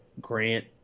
Grant